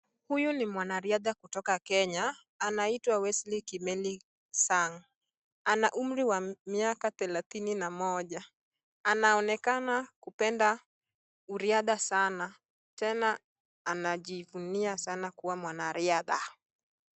Huyu ni mwanariadha kutoka Kenya, anaitwa Wesley Kimeli Sang. Ana umri wa miaka thelathini na moja. Anaonekana kupenda uriadha sana, tena anajivunia sana kuwa mwanariadha.